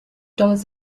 dollars